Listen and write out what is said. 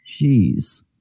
Jeez